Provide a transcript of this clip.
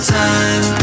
time